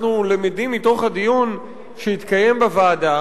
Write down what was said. אנחנו למדים מתוך הדיון שהתקיים בוועדה